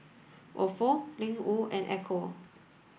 Ofo Ling Wu and Ecco